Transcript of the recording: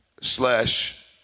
Slash